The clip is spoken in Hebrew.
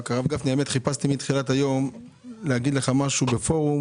חיפשתי מתחילת היום לומר לך משהו בפורום